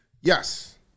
Yes